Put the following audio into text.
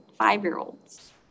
five-year-olds